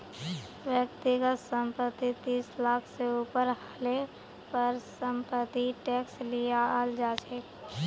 व्यक्तिगत संपत्ति तीस लाख से ऊपर हले पर समपत्तिर टैक्स लियाल जा छे